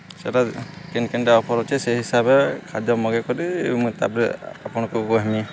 ସେଟା କେନ୍ କେନ୍ଟା ଅଫର୍ ଅଛେ ସେ ହିସାବେ ଖାଦ୍ୟ ମଗେଇ କରି ମୁଇଁ ତାପରେ ଆପଣ୍କୁ କହେମି